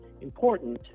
important